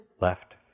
left